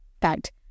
fact